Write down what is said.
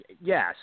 Yes